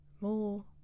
more